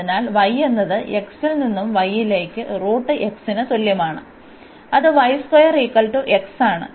അതിനാൽ y എന്നത് x ൽ നിന്ന് y ലേക്ക് ന് തുല്യമാണ് അത് ആണ്